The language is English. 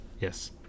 Yes